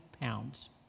pounds